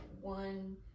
one